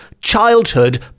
childhood